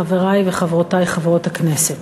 חברי וחברותי חברות הכנסת,